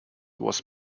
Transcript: was